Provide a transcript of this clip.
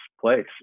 place